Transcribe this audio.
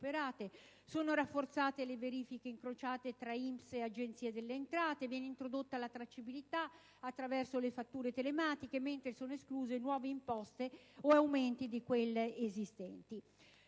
Sono rafforzate le verifiche incrociate fra INPS e Agenzia delle entrate; viene introdotta la tracciabilità attraverso le fatture telematiche, mentre sono escluse nuove imposte o aumenti di quelle esistenti.